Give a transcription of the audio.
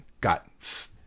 got